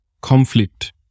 conflict